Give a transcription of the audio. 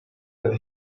that